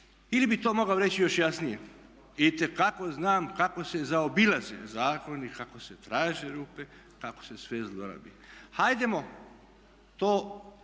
ili bih to mogao reći još jasnije itekako znam kako se zaobilaze zakoni, kako se traže rupe, kako se sve zlorabi. Hajdemo